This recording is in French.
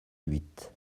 huit